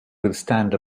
withstand